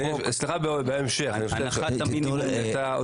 הרשימה הערבית המאוחדת): סליחה,